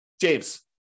James